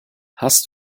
hast